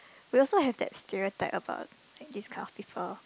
we also have that stereotype about this kind of people